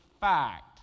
fact